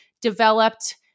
developed